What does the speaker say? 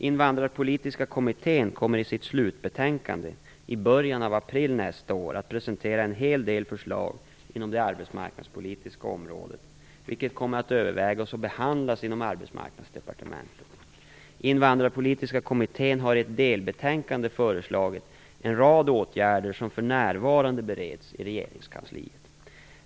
Invandrarpolitiska kommittén kommer i sitt slutbetänkande i början av april 1996 att presentera en hel del förslag inom det arbetsmarknadspolitiska området vilka kommer att övervägas och behandlas inom Arbetsmarknadsdepartementet. Invandrarpolitiska kommittén har i ett delbetänkande föreslagit en rad åtgärder som för närvarande bereds i regeringskansliet.